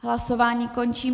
Hlasování končí.